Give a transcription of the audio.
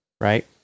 right